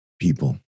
people